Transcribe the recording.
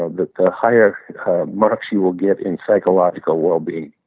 ah the higher much you will get in psychological well-being